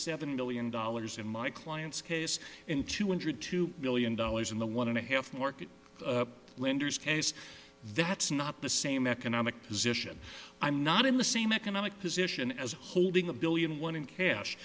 seven billion dollars in my client's case in two hundred two million dollars in the one and a half market lenders case that's not the same economic position i'm not in the same economic position as holding a billion one in cash